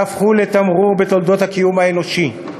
יהפכו לתמרור בתולדות הקיום האנושי.